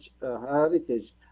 heritage